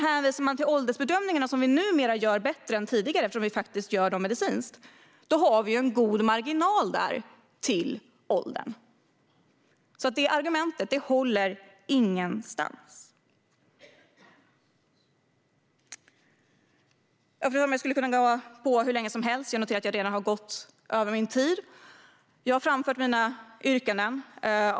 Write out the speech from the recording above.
Hänvisar man till åldersbedömningarna, som vi numera gör bättre än tidigare eftersom vi faktiskt gör dem medicinskt, har vi en god marginal i fråga om åldern. Detta argument håller alltså ingenstans. Fru talman! Jag skulle kunna hålla på hur länge som helst. Jag noterar att jag redan har gått över min talartid. Jag har framfört mina yrkanden.